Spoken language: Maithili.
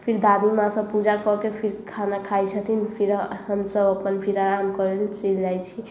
फिर दादी माँ सब पूजा कऽ के फिर खाना खाय छथिन फिर हमसब अपन फिर आराम करय लऽ चइल जाइ छी